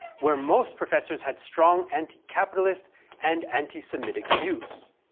where most professors had strong anti-capitalist and anti-semitic views.